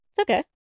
okay